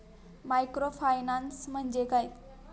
Microfinance म्हणजे काय?